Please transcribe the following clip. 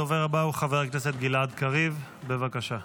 הדובר הבא הוא חבר הכנסת גלעד קריב, בבקשה.